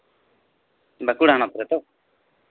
ᱵᱟᱸᱠᱩᱲᱟ ᱦᱚᱱᱚᱛ ᱨᱮᱛᱚ